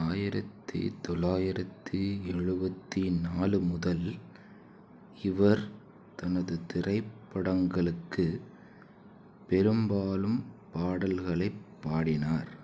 ஆயிரத்தி தொள்ளாயிரத்தி எழுபத்தி நாலு முதல் இவர் தனது திரைப்படங்களுக்கு பெரும்பாலும் பாடல்களைப் பாடினார்